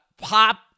pop